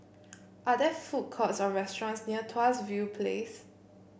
are there food courts or restaurants near Tuas View Place